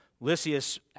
Lysias